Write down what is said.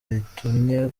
ritumye